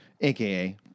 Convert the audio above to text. aka